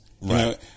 Right